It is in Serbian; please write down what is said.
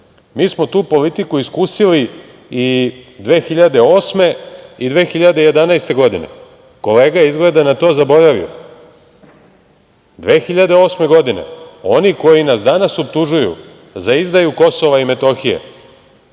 Mi smo tu politiku iskusili i 2008. i 2011. godine. Kolega je izgleda na to zaboravio. Godine 2008. oni koji nas danas optužuju za izdaju Kosova i Metohije,